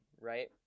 right